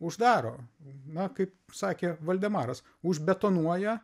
uždaro na kaip sakė valdemaras užbetonuoja